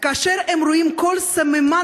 כאשר הם רואים כל סממן